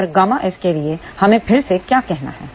और Ƭs के लिए हमें फिर से क्या कहना है